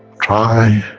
try